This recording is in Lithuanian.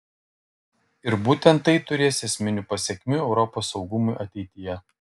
ir būtent tai turės esminių pasekmių europos saugumui ateityje